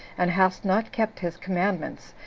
and hast not kept his commandments,